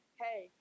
hey